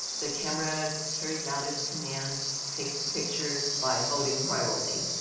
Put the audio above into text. the camera carries out it's commands, takes the pictures by voting priority.